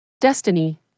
Destiny